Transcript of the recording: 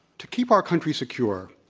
to keep our country secure,